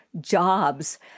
jobs